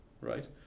right